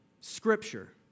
Scripture